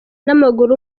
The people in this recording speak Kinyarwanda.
n’amaguru